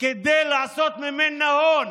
כדי לעשות ממנה הון.